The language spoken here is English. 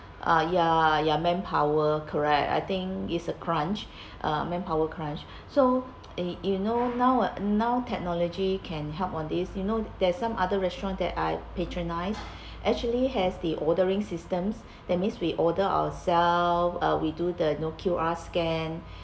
uh ya ya manpower correct I think is a crunch uh manpower crunch so you know now now technology can help on this you know there's some other restaurant that I patronize actually has the ordering systems that means we order ourselves uh we do the you know Q_R scan